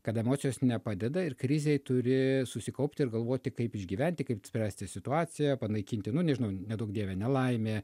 kad emocijos nepadeda ir krizei turi susikaupti ir galvoti kaip išgyventi kaip spręsti situaciją panaikinti nu nežinau neduok dieve nelaimė